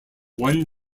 one